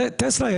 "טסלה",